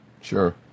Sure